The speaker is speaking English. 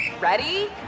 Ready